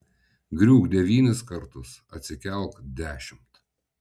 griūk devynis kartus atsikelk dešimt